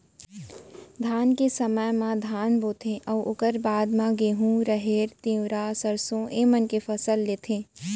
धान के समे म धान बोथें अउ ओकर बाद म गहूँ, राहेर, तिंवरा, सरसों ए मन के फसल लेथें